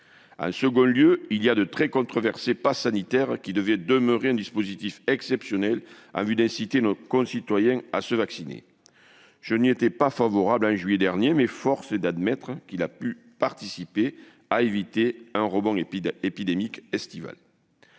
Ensuite, il y a ce très controversé passe sanitaire, qui devait demeurer un dispositif exceptionnel en vue d'inciter nos concitoyens à se vacciner. Je n'y étais déjà pas favorable en juillet dernier, mais force est d'admettre qu'il a pu contribuer à éviter un rebond épidémique estival.